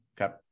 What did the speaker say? Okay